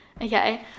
Okay